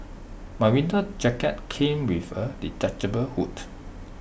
my winter jacket came with A detachable hood